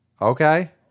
okay